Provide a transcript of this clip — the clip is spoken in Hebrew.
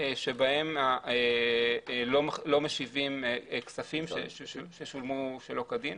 שבהם לא משיבים כספים ששולמו שלא כדין.